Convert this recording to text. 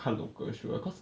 看 local show ah cause